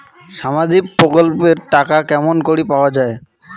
সামাজিক প্রকল্পের টাকা কেমন করি পাওয়া যায়?